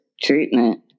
treatment